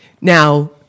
now